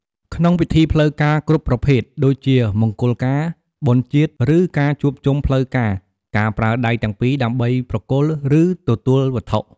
ក្នុងពិធីផ្លូវការគ្រប់ប្រភេទ ដូចជាមង្គលការ បុណ្យជាតិ ឬការជួបជុំផ្លូវការ ការប្រើដៃទាំងពីរដើម្បីប្រគល់ ឬទទួលវត្ថុ។